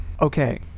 okay